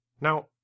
Now